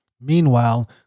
Meanwhile